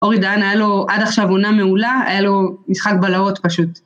אורי דהן היה לו עד עכשיו עונה מעולה, היה לו משחק בלהות פשוט.